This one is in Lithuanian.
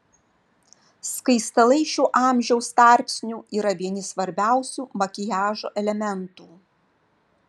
skaistalai šiuo amžiaus tarpsniu yra vieni svarbiausių makiažo elementų